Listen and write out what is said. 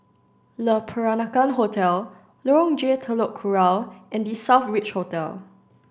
Le Peranakan Hotel Lorong J Telok Kurau and The Southbridge Hotel